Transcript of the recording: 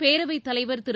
பேரவைத் தலைவர் திரு